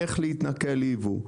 איך להתנכל לייבוא.